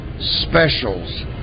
specials